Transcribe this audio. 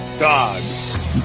dogs